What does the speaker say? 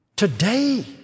Today